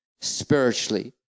spiritually